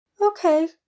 Okay